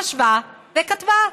חשבה וכתבה,